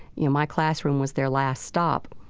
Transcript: you know, my classroom was their last stop.